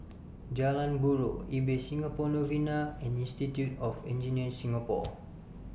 Jalan Buroh Ibis Singapore Novena and Institute of Engineers Singapore